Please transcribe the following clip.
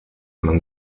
man